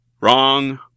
Wrong